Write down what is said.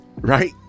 Right